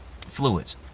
fluids